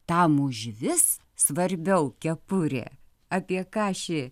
tam užvis svarbiau kepurė apie ką ši